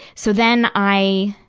so then i,